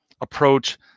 approach